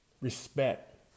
respect